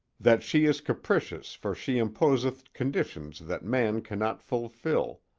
that she is capricious for she imposeth conditions that man cannot fulfill,